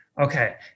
Okay